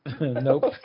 Nope